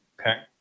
Okay